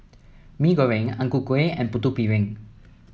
Mee Goreng Ang Ku Kueh and Putu Piring